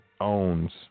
owns